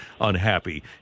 unhappy